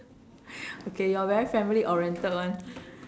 okay you're very family oriented [one]